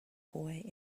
boy